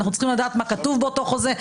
אנחנו צריכים לדעת מה כתוב באותו חוזה,